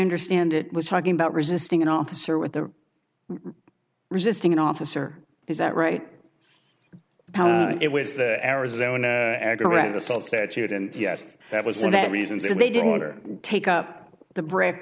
understand it was talking about resisting an officer with the resisting an officer is that right it was the arizona aggravated assault statute and yes that was so that reasons that they didn't or take up the brick